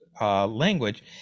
language